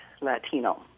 Latino